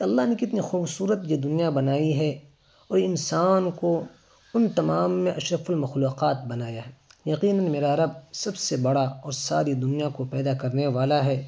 اللہ نے کتنی خوبصورت یہ دنیا بنائی ہے اور انسان کو ان تمام میں اشرف المخلوقات بنایا ہے یقیناً میرا رب سب سے بڑا اور ساری دنیا کو پیدا کرنے والا ہے